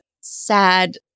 sad